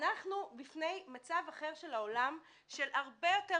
אנחנו בפני מצב אחר של העולם של הרבה יותר